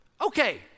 Okay